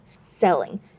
Selling